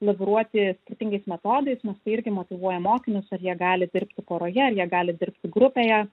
laviruoti skirtingais metodais nes tai irgi motyvuoja mokinius ar jie gali dirbti poroje ar jie gali dirbti grupėje